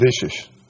vicious